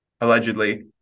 allegedly